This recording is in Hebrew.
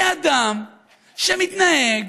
זה אדם שמתנהג